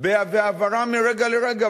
בהעברה מרגע לרגע,